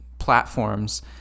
Platforms